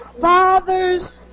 father's